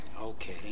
Okay